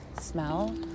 smell